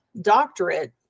doctorate